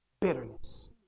bitterness